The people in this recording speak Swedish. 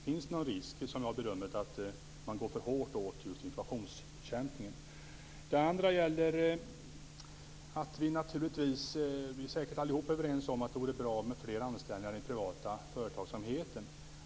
Finns det någon risk, som jag har bedömt det, att man går för hårt åt just inflationsbekämpningen? Den andra frågan gäller att alla säkert är överens om att det vore bra med fler anställningar i den privata företagsamheten.